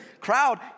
crowd